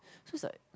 so it's like